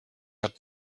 hat